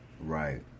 Right